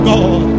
God